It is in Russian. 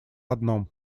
одном